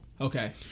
Okay